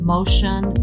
Motion